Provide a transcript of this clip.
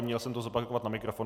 Měl jsem to zopakovat na mikrofon.